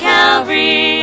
Calvary